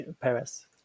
Paris